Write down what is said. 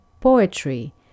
poetry